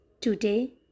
today